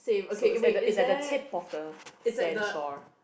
so it's at the tip of the sandshore